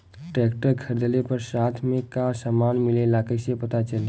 Tractor खरीदले पर साथ में का समान मिलेला कईसे पता चली?